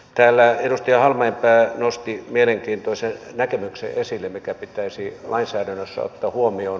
täällä edustaja halmeenpää nosti mielenkiintoisen näkemyksen esille mikä pitäisi lainsäädännössä ottaa huomioon